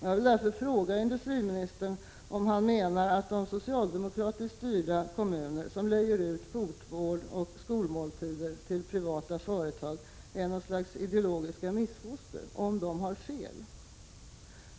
Jag vill fråga industriministern om han menar att de socialdemokratiskt styrda kommuner som lejer ut fotvård och skolmåltider till privata företag är något slags ideologiska missfoster och om de har fel.